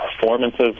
performances